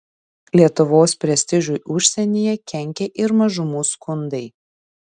lietuvos prestižui užsienyje kenkė ir mažumų skundai